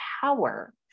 power